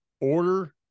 order